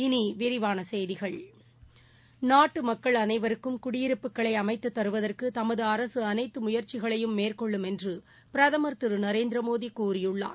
இனிவிரிவானசெய்திகள் நாட்டுமக்கள் அனைவருக்கும் குடியிருப்புகளைஅமைத்துத் தருவதற்குதமதுஅரசுஅனைத்துமுயற்சிகளையும் மேற்கொள்ளும் என்றுபிரதம் திருநரேந்திரமோடிகூறியுள்ளார்